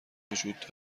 وجود